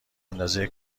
اندازه